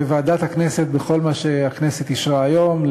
בוועדת הכנסת בכל מה שהכנסת אישרה היום,